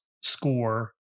score